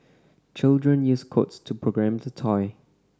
children used codes to program the toy